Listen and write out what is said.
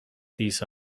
these